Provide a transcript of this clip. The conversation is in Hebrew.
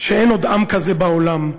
שאין עוד עם כזה בעולם.